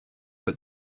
but